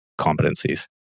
competencies